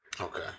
Okay